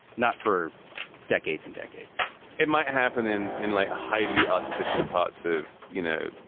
not for decades and decades it might happen in in like a highly artificial parts of, you know,